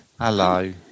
Hello